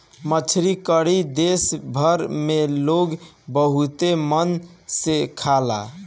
मछरी करी देश भर में लोग बहुते मन से खाला